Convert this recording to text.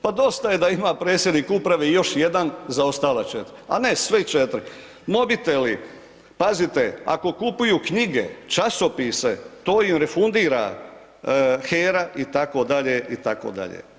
Pa dosta je da ima predsjednik uprave još jedan za ostala četiri, a ne svih četiri, mobiteli, pazite ako kupuju knjige, časopise to im refundira HERA itd., itd.